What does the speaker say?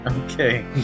Okay